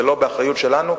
זה לא באחריות שלנו,